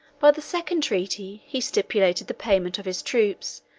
by the second treaty, he stipulated the payment of his troops,